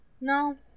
No